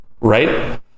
right